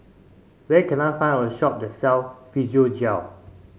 where can I find a shop that sell Physiogel